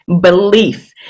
belief